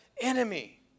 enemy